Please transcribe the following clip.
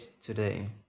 today